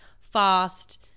fast